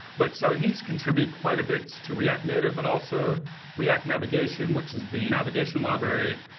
but so he's contributed quite a bit to react native, but also react navigation, which is the navigation library.